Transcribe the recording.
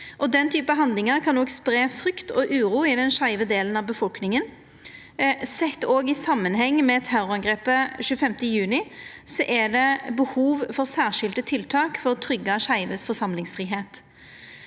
Denne typen handlingar kan òg spreia frykt og uro i den skeive delen av befolkninga, og sett i samanheng med terrorangrepet 25. juni er det behov for særskilte tiltak for å tryggja forsamlingsfridomen